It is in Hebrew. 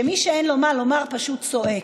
שמי שאין לו מה לומר פשוט צועק.